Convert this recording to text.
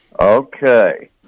Okay